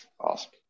Awesome